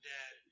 Dead